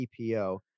EPO